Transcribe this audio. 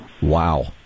Wow